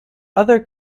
other